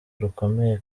rukomeye